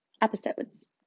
episodes